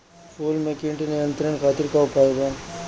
फूल में कीट नियंत्रण खातिर का उपाय बा?